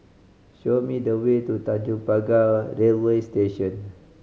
show me the way to Tanjong Pagar Railway Station